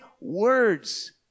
words